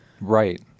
Right